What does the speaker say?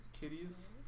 kitties